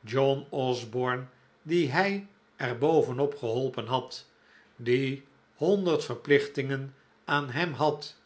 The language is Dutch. john osborne dien hij er boven op geholpen had die honderd verplichtingen aan hem had